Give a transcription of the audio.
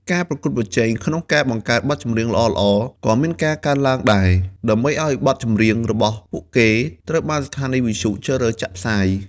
ការប្រកួតប្រជែងក្នុងការបង្កើតបទចម្រៀងល្អៗក៏មានការកើនឡើងដែរ ដើម្បីឲ្យបទចម្រៀងរបស់ពួកគេត្រូវបានស្ថានីយវិទ្យុជ្រើសរើសចាក់ផ្សាយ។